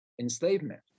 enslavement